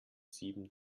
sieben